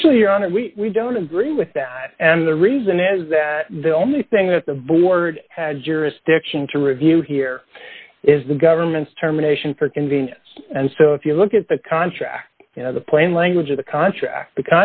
actually on and we don't agree with that and the reason is that the only thing that the board had jurisdiction to review here is the government's terminations for convenience and so if you look at the contract you know the plain language of the contract t